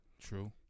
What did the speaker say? True